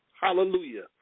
Hallelujah